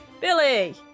Billy